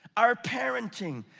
our parenting,